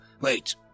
Wait